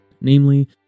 namely